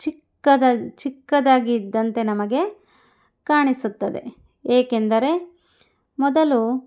ಚಿಕ್ಕದಾದ ಚಿಕ್ಕದಾಗಿದ್ದಂತೆ ನಮಗೆ ಕಾಣಿಸುತ್ತದೆ ಏಕೆಂದರೆ ಮೊದಲು